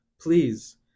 please